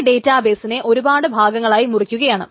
ഈ ഡേറ്റബേസിനെ ഒരുപാട് ഭാഗങ്ങളായി മുറിക്കുകയാണ്